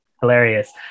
hilarious